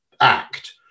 act